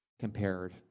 compared